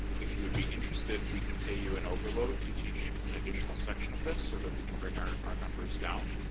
if you would be interested, we can pay you an overload to teach an additional section of this, so that we can bring our numbers down.